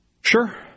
Sure